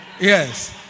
Yes